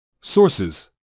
Sources